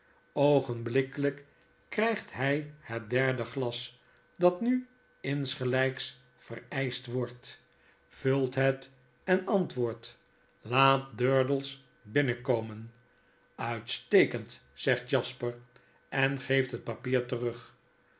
krijgt hij het derde glas dat pu insgelijks vereischt wordt ttilt het en antwoordt laat durdels binnenkomen uitstekendi zegt jasper en geeft het papier terug